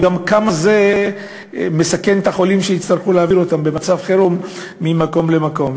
וגם כמה זה מסכן את החולים שיצטרכו להעביר אותם במצב חירום ממקום למקום.